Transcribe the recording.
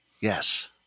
Yes